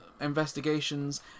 investigations